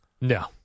no